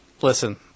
Listen